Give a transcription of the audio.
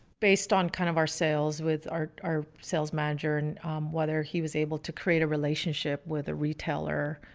based on kind of our sales with our our sales manager and whether he was able to create a relationship with a retailer.